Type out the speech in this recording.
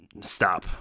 Stop